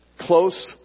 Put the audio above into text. Close